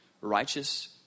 Righteous